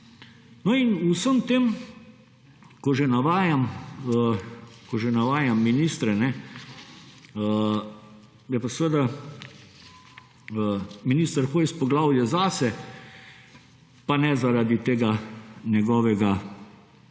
V vsem tem, ko že navajam ministre je pa seveda minister Hojs poglavje za sebe. Pa ne, zaradi tega njegovega